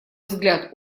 взгляд